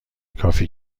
کافی